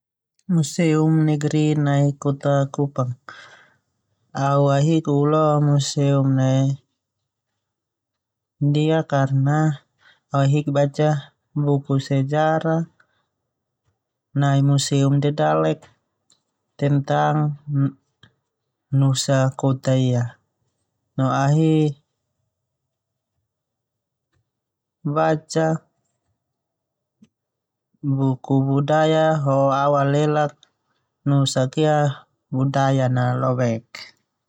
Museum negeri nai kota Kupang au ahik lo museum ndia karena au ahik baca buku sejarah nai museum dae dalek tentang nusa kota ia no ahik baca buku budaya ho ao alelak nusa kia budaya nai lau ahik.